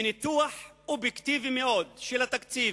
מניתוח אובייקטיבי מאוד של התקציב